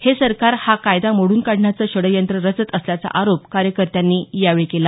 हे सरकार हा कायदा मोडून काढण्याचं षडयंत्र रचत असल्याचा आरोप कार्यकर्त्याँनी यावेळी केला